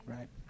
Right